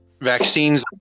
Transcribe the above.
vaccines